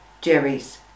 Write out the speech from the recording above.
Jerry's